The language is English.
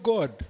God